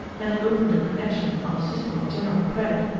and opened a connection on a system of general credit,